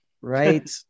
right